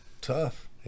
Tough